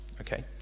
okay